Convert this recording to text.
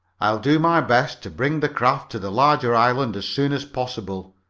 i'll do my best to bring the craft to the larger island as soon as possible.